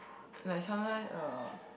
like sometime uh